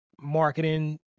marketing